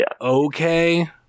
okay